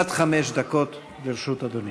עד חמש דקות לרשות אדוני.